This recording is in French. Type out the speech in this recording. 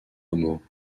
hameaux